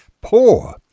poor